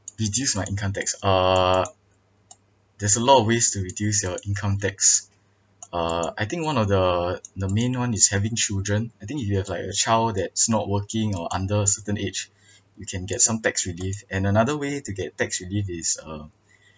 reduce my income tax uh there's a lot of ways to reduce your income tax uh I think one of the the main one is having children I think you have like a child that's not working or under a certain age you can get some tax relief and another way to get tax relief is uh